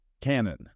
canon